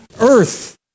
earth